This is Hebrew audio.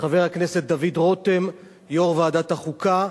לחבר הכנסת דוד רותם, יושב-ראש ועדת החוקה,